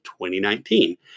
2019